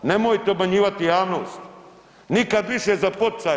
Nemojte obmanjivati javnost, nikad više za poticaj.